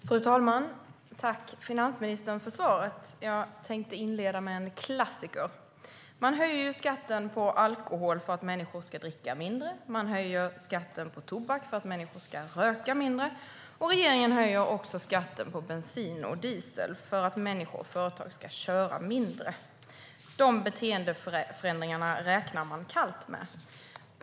Fru talman! Tack, finansministern, för svaret! Jag tänkte inleda med en klassiker. Man höjer skatten på alkohol för att människor ska dricka mindre. Man höjer skatten på tobak för att människor ska röka mindre. Regeringen höjer också skatten på bensin och diesel för att människor och företag ska köra mindre. Dessa beteendeförändringar räknar man kallt med.